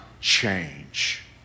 change